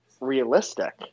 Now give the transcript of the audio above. realistic